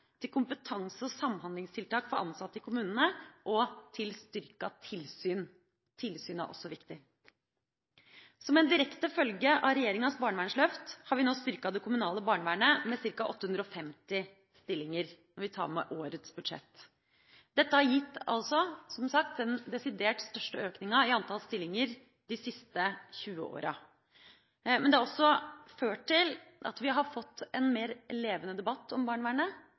til kompetanse- og samhandlingstiltak for ansatte der, og til styrket tilsyn, for tilsyn er også viktig. Som en direkte følge av regjeringas barnevernsløft, har vi – når vi tar med årets budsjett – nå styrket det kommunale barnevernet med ca. 850 stillinger. Dette har som sagt gitt den desidert største økninga i antall stillinger de siste 20 årene. Men det har også ført til at vi har fått en mer levende debatt om barnevernet.